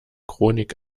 chronik